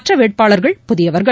மற்றவேட்பாளர்கள் புதியவர்கள்